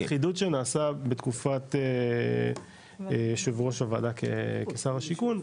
האחידות שנעשתה בתקופת יושב ראש הוועדה כשר השיכון,